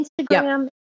Instagram